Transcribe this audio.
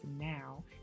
now